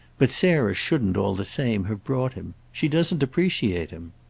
but sarah shouldn't, all the same, have brought him. she doesn't appreciate him.